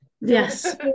Yes